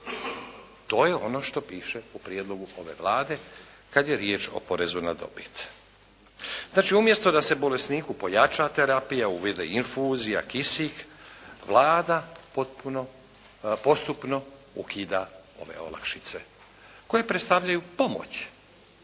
To je ono što piše u prijedlogu ove Vlade kada je riječ o porezu na dobit. Znači, umjesto da se bolesniku pojača terapija, uvede infuzija, kisik, Vlada postupno ukida ove olakšice koje predstavljaju pomoć,